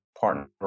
partner